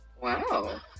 Wow